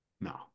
No